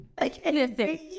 Listen